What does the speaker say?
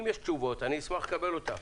אם יש תשובות אני אשמח לקבל אותן.